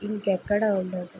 ఇంకెక్కడ ఉండదు